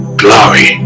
glory